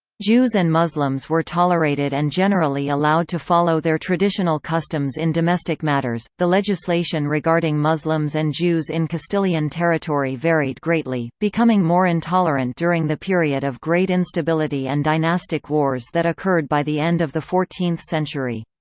jews and muslims were tolerated and generally allowed to follow their traditional customs in domestic matters the legislation regarding muslims and jews in castilian territory varied greatly, becoming more intolerant during the period of great instability and dynastic wars that occurred by the end of the fourteenth century.